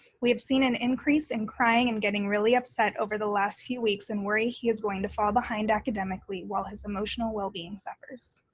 we have seen an increase in crying and getting really upset over the last few weeks and worry he is going to fall behind academically while his emotional well being suffers.